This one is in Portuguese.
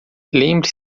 lembre